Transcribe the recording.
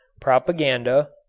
Propaganda